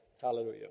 hallelujah